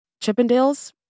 Chippendales